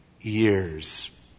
years